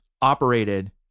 operated